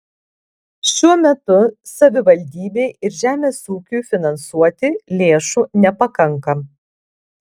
šiuo metu savivaldybei ir žemės ūkiui finansuoti lėšų nepakanka